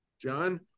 John